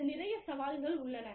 அதில் நிறையச் சவால்கள் உள்ளன